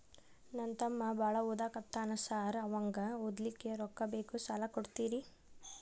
ನಮ್ಮ ತಮ್ಮ ಬಾಳ ಓದಾಕತ್ತನ ಸಾರ್ ಅವಂಗ ಓದ್ಲಿಕ್ಕೆ ರೊಕ್ಕ ಬೇಕು ಸಾಲ ಕೊಡ್ತೇರಿ?